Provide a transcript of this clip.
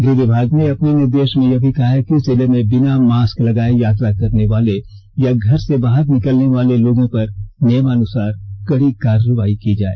गृह विभाग ने अपने निर्देष में यह भी कहा है कि जिले में बिना मास्क लगाये यात्रा करने वाले या घर से बाहर निकलने वाले लोगों पर नियमानुसार कड़ी कार्रवाई की जाए